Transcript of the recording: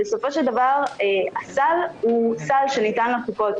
בסופו של דבר הסל הוא סל שניתן לקופות,